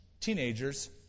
teenagers